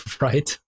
Right